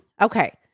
Okay